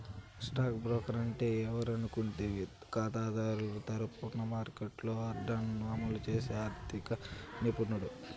stock broker అంటే ఎవరనుకుంటివి కాతాదారుల తరపున మార్కెట్లో ఆర్డర్లను అమలు చేసి ఆర్థిక నిపుణుడు